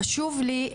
חשוב לי,